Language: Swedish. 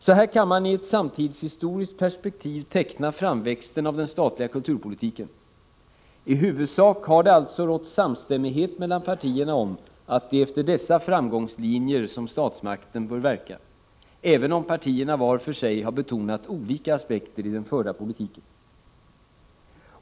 Så här kan man i ett samtidshistoriskt perspektiv teckna framväxten av den statliga kulturpolitiken. I huvudsak har det alltså rått samstämmighet mellan partierna om att det är efter dessa framgångslinjer som statsmakten bör verka, även om partierna vart för sig har betonat olika aspekter i den förda politiken.